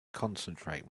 concentrate